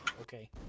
Okay